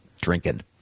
drinking